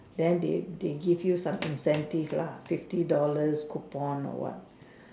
then they they give you some in cent is love fifty dollars coupon on one